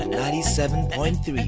97.3